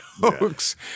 jokes